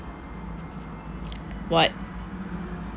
what